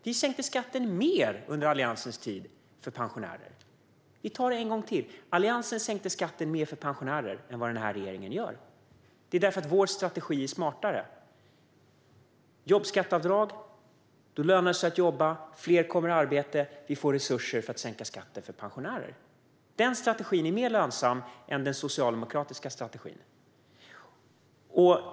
Vi sänkte skatten för pensionärer mer under Alliansens tid. Vi tar det en gång till: Alliansen sänkte skatten för pensionärer mer än den här regeringen gör. Det beror på att vår strategi är smartare. Med jobbskatteavdrag lönar det sig att jobba. Fler kommer i arbete. Vi får resurser att sänka skatten för pensionärer. Den strategin är mer lönsam än den socialdemokratiska strategin.